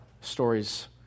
stories